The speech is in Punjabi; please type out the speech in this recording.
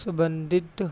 ਸੰਬੰਧਿਤ